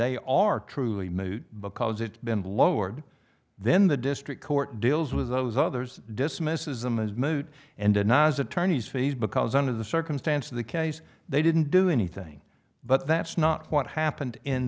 they are truly moot because it's been lowered then the district court deals with those others dismisses them as moot and ona's attorneys fees because under the circumstance of the case they didn't do anything but that's not what happened in